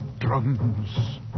drums